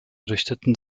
richteten